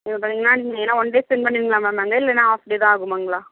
இங்கே பார்த்திங்கன்னா ஏன்னால் ஒன் டே ஸ்பென்ட் பண்ணுவீங்களா மேம் அங்கே இல்லைனா ஆஃப் டே தான் ஆகுங்களா